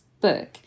book